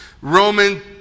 Roman